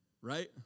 right